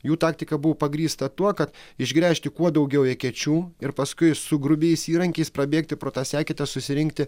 jų taktika buvo pagrįsta tuo kad išgręžti kuo daugiau ekečių ir paskui su grubiais įrankiais prabėgti pro tą sekėte susirinkti